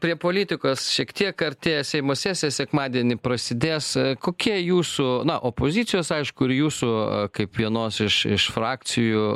prie politikos šiek tiek artėja seimo sesija sekmadienį prasidės kokia jūsų na opozicijos aišku ir jūsų kaip vienos iš iš frakcijų